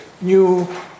new